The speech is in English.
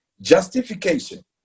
justification